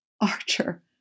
Archer